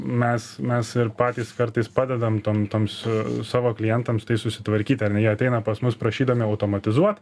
mes mes ir patys kartais padedam tom toms savo klientams tai susitvarkyti ar jie ateina pas mus prašydami automatizuot